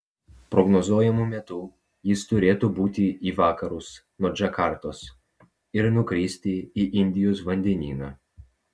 prognozuojamu metu jis turėtų būti į vakarus nuo džakartos ir nukristi į indijos vandenyną